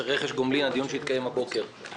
הדיון שהתקיים הבוקר בנושא רכש גומלין,